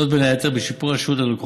זאת, בין היתר, בשיפור השירות ללקוחות,